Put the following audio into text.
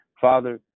Father